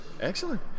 Excellent